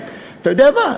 אתה יודע מה,